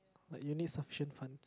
like you need sufficient fund